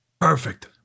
perfect